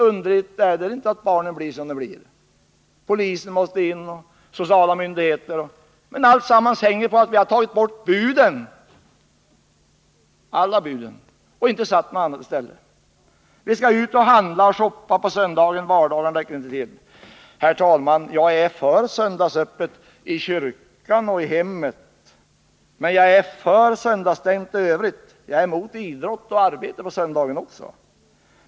Underligt är det inte att barnen blir som de blir — polisen och sociala myndigheter måste kopplas in. Allt hänger på att vi har tagit bort buden, alla buden, och inte satt något annat i stället. Vi skall ut och shoppa på söndagarna — vardagarna räcker inte till. Herr talman! Jag är för söndagsöppet — i kyrkan och i hemmet. Men jag är för söndagsstängt i övrigt. Jag är emot idrott och arbete på söndagen.